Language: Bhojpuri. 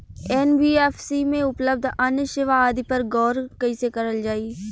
एन.बी.एफ.सी में उपलब्ध अन्य सेवा आदि पर गौर कइसे करल जाइ?